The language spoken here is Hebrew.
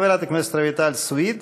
חברת הכנסת רויטל סויד,